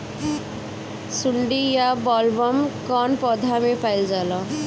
सुंडी या बॉलवर्म कौन पौधा में पाइल जाला?